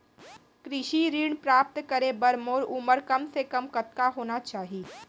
कृषि ऋण प्राप्त करे बर मोर उमर कम से कम कतका होना चाहि?